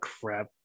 crap